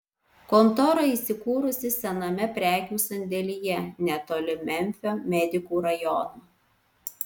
kontora įsikūrusi sename prekių sandėlyje netoli memfio medikų rajono